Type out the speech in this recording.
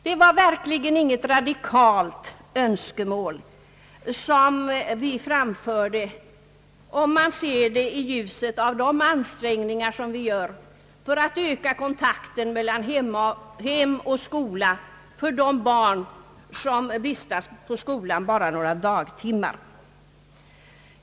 Det var verkligen inte något radikalt önskemål som vi framförde, om man ser det i ljuset av de ansträngningar vi gör för att öka kontakten mellan hem och skola när det gäller barn som vistas i skolan bara några dagtimmar.